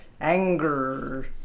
Anger